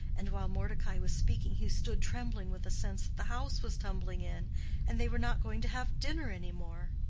and while mordecai was speaking he stood trembling with a sense that the house was tumbling in and they were not going to have dinner any more.